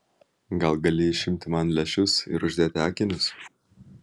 gal gali išimti man lęšius ir uždėti akinius